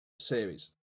series